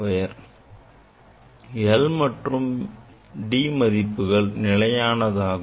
l மற்றும் D மதிப்புகள் நிலையானதாகும்